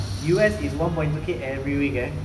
U_S is one point two K every week eh